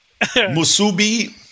musubi